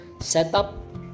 setup